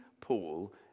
Paul